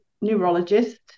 neurologist